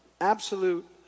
absolute